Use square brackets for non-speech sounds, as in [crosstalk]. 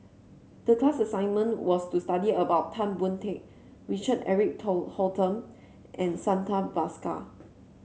the class assignment was to study about Tan Boon Teik Richard Eric [unintelligible] Holttum and Santha Bhaskar